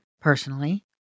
personally